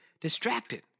distracted